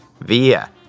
via